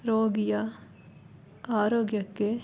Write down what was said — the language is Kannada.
ರೋಗಿಯ ಆರೋಗ್ಯಕ್ಕೆ